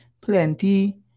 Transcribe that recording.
plenty